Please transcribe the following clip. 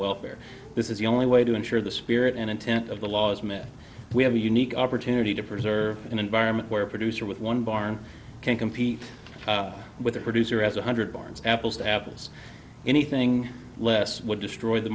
welfare this is the only way to ensure the spirit and intent of the law is met we have a unique opportunity to preserve an environment where a producer with one barn can compete with the producer as one hundred barns apples to apples anything less would destroy the